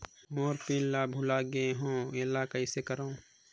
मोर PIN ला भुला गे हो एला कइसे करो?